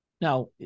Now